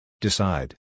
Decide